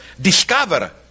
discover